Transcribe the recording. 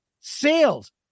sales